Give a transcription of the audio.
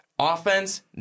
Offense